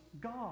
God